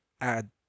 add